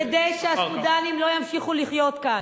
אנחנו נפעל כדי שהסודנים לא ימשיכו לחיות כאן.